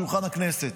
שולחן הכנסת.